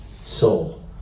soul